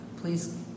Please